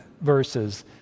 verses